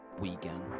weekend